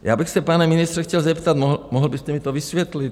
Já bych se, pane ministře, chtěl zeptat, mohl byste mi to vysvětlit?